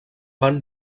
van